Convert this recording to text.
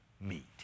meet